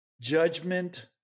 judgment